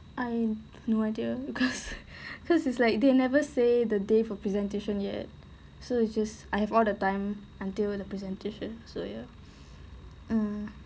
I've no idea because because it's like they never say the day for presentation yet so it's just I have all the time until the presentation so ya